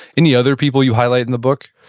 any other people you highlight in the book?